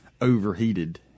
overheated